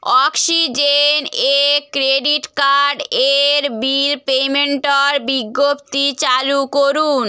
অক্সিজেনে ক্রেডিট কার্ডের bill payment or বিজ্ঞপ্তি চালু করুন